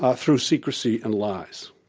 ah through secrecy and lies.